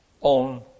on